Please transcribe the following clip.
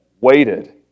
waited